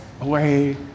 away